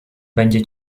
będzie